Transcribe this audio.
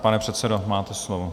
Pane předsedo, máte slovo.